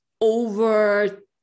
over